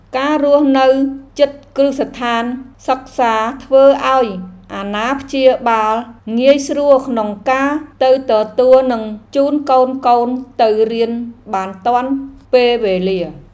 ការរស់នៅជិតគ្រឹះស្ថានសិក្សាធ្វើឱ្យអាណាព្យាបាលងាយស្រួលក្នុងការទៅទទួលនិងជូនកូនៗទៅរៀនបានទាន់ពេលវេលា។